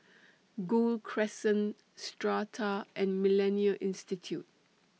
Gul Crescent Strata and Millennia Institute